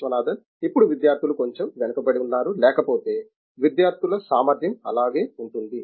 విశ్వనాథన్ ఇప్పుడు విద్యార్థులు కొంచెం వెనకబడి ఉన్నారు లేకపోతే విద్యార్థుల సామర్థ్యం అలాగే ఉంటుంది